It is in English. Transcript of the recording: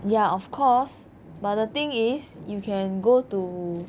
ya of course but the thing is you can go to